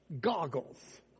goggles